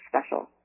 special